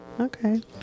okay